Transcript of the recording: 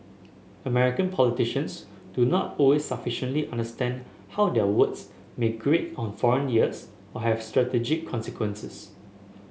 American politicians do not always sufficiently understand how their words may grate on foreign ears or have strategic consequences